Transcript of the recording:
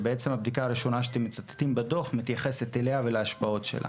שבעצם הבדיקה הראשונה שאתם מצטטים בדוח מתייחסת אליה ולהשפעות שלה